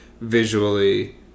visually